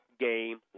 game